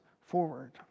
forward